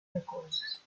recursos